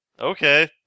Okay